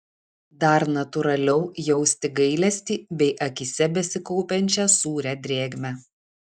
dar natūraliau jausti gailestį bei akyse besikaupiančią sūrią drėgmę